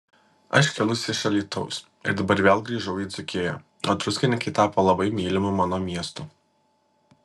aš kilusi iš alytaus ir dabar vėl grįžau į dzūkiją o druskininkai tapo labai mylimu mano miestu